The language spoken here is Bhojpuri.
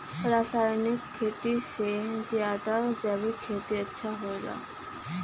रासायनिक खेती से ज्यादा जैविक खेती अच्छा होला